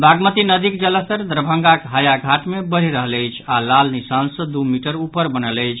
बागमती नदीक जलस्तर दरभंगाक हायाघाट मे बढ़ि रहल अछि आ लाल निशान सँ दू मीटर ऊपर बनल अछि